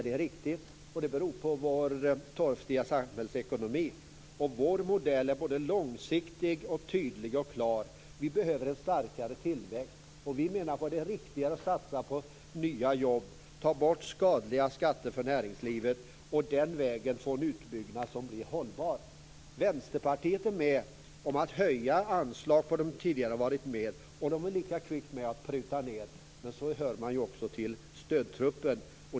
Det är riktigt, och det beror på vår torftiga samhällsekonomi. Vår modell är långsiktig, tydlig och klar. Vi behöver en starkare tillväxt, och vi menar att det är riktigare att satsa på nya jobb, ta bort skadliga skatter för näringslivet och på det sättet få en utbyggnad som är hållbar. Vänsterpartiet har tidigare varit med om att höja anslag, och man är lika kvick när det gäller att pruta. Så hör man också till stödtruppen.